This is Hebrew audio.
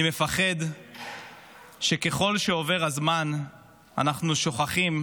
אני מפחד שככל שעובר הזמן אנחנו שוכחים,